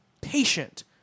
patient